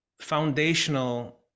foundational